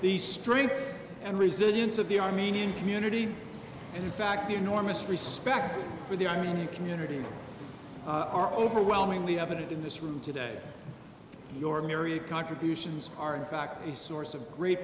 the strength and resilience of the armenian community and in fact the enormous respect for the irony of community are overwhelmingly evident in this room today your myriad contributions are in fact the source of great